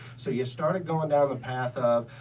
so you started going down the path